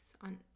on